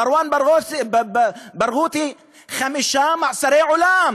מרואן ברגותי, חמישה מאסרי עולם